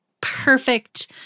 perfect